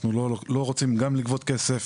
אנחנו לא רוצים גם לגבות כסף